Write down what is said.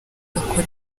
agakora